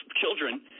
children